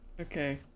Okay